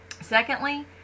Secondly